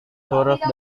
huruf